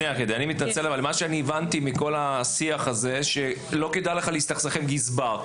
אבל מה שאני הבנתי מכל השיח הזה הוא שלא כדאי לך להסתכסך עם גזבר.